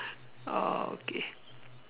oh okay